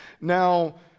Now